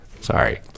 Sorry